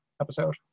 episode